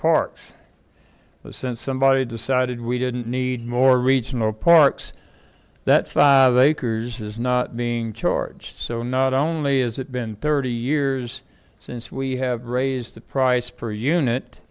parks sent somebody decided we didn't need more regional parks that's why they couriers is not being charged so not only is it been thirty years since we have raised the price per unit